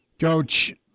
Coach